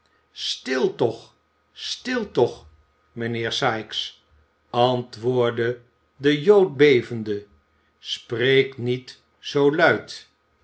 stil toch stil toch mijnheer sikes antwoordde de jood bevende spreek niet zoo luid